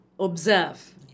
observe